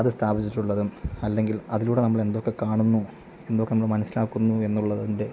അത് സ്ഥാപിച്ചിട്ടുള്ളതും അല്ലെങ്കിൽ അതിലൂടെ നമ്മൾ എന്തൊക്കെ കാണുന്നു എന്തൊക്കെ നമ്മൾ മനസ്സിലാക്കുന്നു എന്നുള്ളതിൻ്റെ